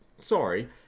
sorry